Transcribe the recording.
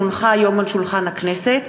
כי הונחה היום על שולחן הכנסת,